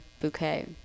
bouquet